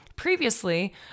Previously